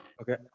Okay